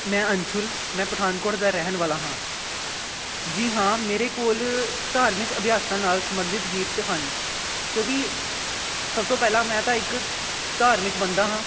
ਮੈਂ ਅੰਸ਼ੁਲ ਮੈਂ ਪਠਾਨਕੋਟ ਦਾ ਰਹਿਣ ਵਾਲਾ ਹਾਂ ਜੀ ਹਾਂ ਮੇਰੇ ਕੋਲ ਧਾਰਮਿਕ ਅਭਿਆਸਾਂ ਨਾਲ ਸੰਬੰਧਿਤ ਗੀਤ ਹਨ ਕਿਉਂਕਿ ਸਭ ਤੋਂ ਪਹਿਲਾਂ ਮੈਂ ਤਾਂ ਇੱਕ ਧਾਰਮਿਕ ਬੰਦਾ ਹਾਂ